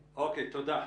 אוקיי, תודה.